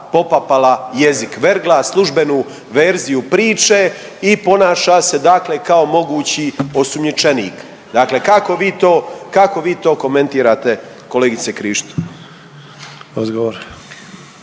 popapala jezik, vergla službenu verziju priče i ponaša se dakle kao mogući osumnjičenik. Dakle, kako vi to, kako vi to komentirate kolegice Krišto.